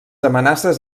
amenaces